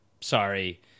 sorry